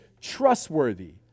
trustworthy